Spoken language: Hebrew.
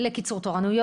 קיצור תורים,